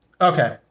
Okay